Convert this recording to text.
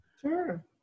Sure